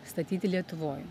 statyti lietuvoj